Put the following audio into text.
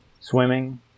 swimming